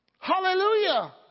Hallelujah